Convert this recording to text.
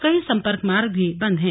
कई संपर्क मार्ग भी बंद हैं